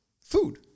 food